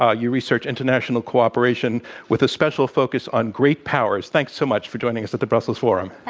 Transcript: ah you research international cooperation with a special focus on great powers. thanks so much for joining us at the brussels forum.